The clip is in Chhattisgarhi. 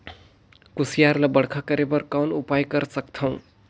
कुसियार ल बड़खा करे बर कौन उपाय कर सकथव?